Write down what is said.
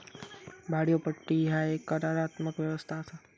भाड्योपट्टी ह्या एक करारात्मक व्यवस्था असा